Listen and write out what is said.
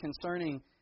concerning